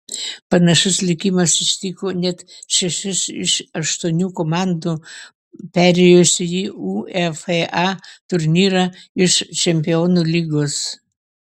panašus likimas ištiko net šešias iš aštuonių komandų perėjusių į uefa turnyrą iš čempionų lygos